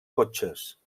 cotxes